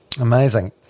Amazing